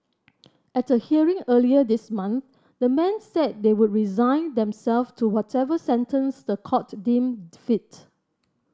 at a hearing earlier this month the men said they would resign them self to whatever sentence the court deemed fit